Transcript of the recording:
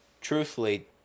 truthfully